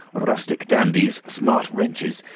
rustic dandies, smart wenches,